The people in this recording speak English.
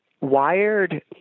Wired